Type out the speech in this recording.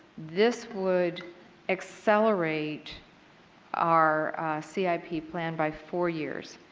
this would accelerate our c i p. plan by four years.